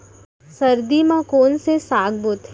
सर्दी मा कोन से साग बोथे?